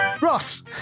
Ross